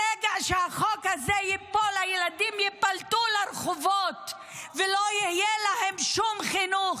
ברגע שהחוק הזה ייפול הילדים ייפלטו לרחובות ולא יהיה להם שום חינוך,